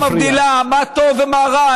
שרה שאינה מבדילה מה טוב ומה רע,